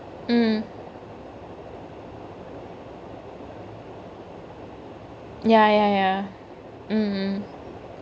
mm ya ya ya mm mm